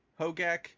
Hogak